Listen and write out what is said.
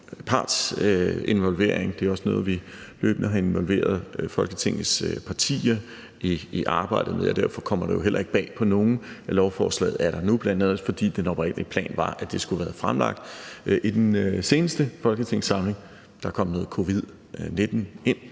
Det er også noget, vi løbende har involveret Folketingets partier i arbejdet med, og derfor kommer det jo heller ikke bag på nogen, at lovforslaget er der nu, bl.a. også fordi den oprindelige plan var, at det skulle have været fremsat i den seneste folketingssamling. Der kom noget covid-19 ind